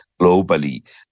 globally